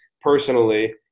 personally